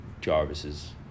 Jarvis's